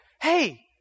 hey